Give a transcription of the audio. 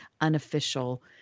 unofficial